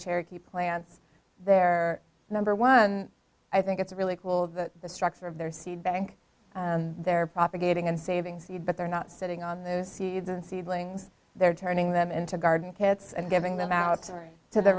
cherokee plants their number one i think it's really cool the structure of their seed bank their propagating and saving seed but they're not sitting on those seeds and seedlings they're turning them into garden kits and giving them out to the